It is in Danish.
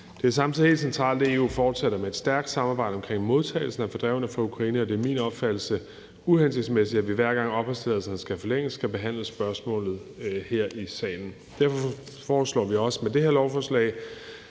Det er samtidig helt centralt, at EU fortsætter med et stærkt samarbejde om modtagelsen af fordrevne fra Ukraine, og det er min opfattelse uhensigtsmæssigt, at vi, hver gang opholdstilladelserne skal forlænges, skal behandle spørgsmålet her i salen. Derfor foreslår vi også med det her lovforslag,